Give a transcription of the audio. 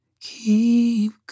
Keep